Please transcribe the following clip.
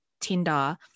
tinder